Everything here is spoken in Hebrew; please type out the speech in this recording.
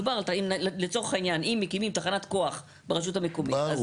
מדובר לצורך העניין אם מקימים תחנת כוח ברשות המקומית,